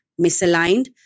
misaligned